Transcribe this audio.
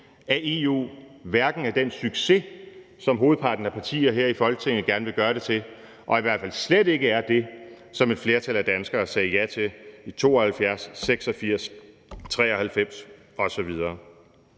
at EU ikke er den succes, som hovedparten af partier her i Folketinget gerne vil gøre det til, og i hvert fald slet ikke er det, som et flertal af danskere sagde ja til i 1972, 1986, 1993 osv.